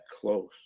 close